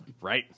Right